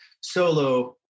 solo